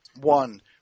One